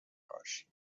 نقاشی